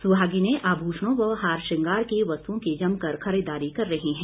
सुहागिनें आभूषणों व हार श्रृंगार की वस्तुओं की जमकर खरीददारी कर रही हैं